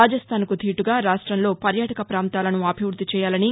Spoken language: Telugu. రాజస్టాన్కు దీటుగా రాష్టంలో పర్యాటక ప్రాంతాలను అభివృద్ది చేయాలని